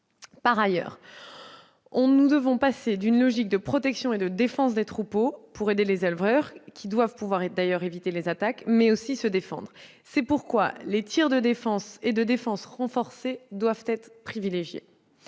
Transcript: Par ailleurs, nous devons passer à une logique de protection et de défense des troupeaux pour aider les éleveurs, qui doivent pouvoir éviter les attaques, mais aussi se défendre. C'est pourquoi les tirs de défense et de défense renforcée doivent être privilégiés.